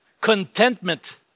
contentment